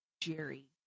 Jerry